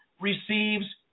receives